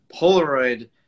Polaroid